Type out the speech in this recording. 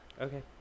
Okay